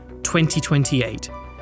2028